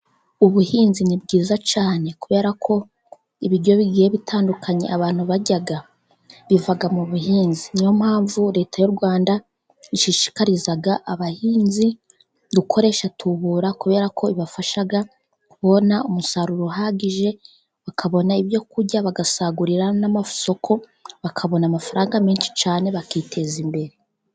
Ubuhinzi ni bwiza cyane, kubera ko ibiryo bigiye bitandukanye abantu barya biva mu buhinzi, niyo mpamvu leta y'u Rwanda ishishikariza abahinzi gukoresha tubura, kubera ko ibafasha kubona umusaruro uhagije, bakabona ibyo kurya bagasagurira n'amasoko, bakabona amafaranga menshi cyane bakiteza imbere.